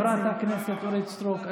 חברת הכנסת אורית סטרוק,